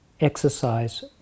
exercise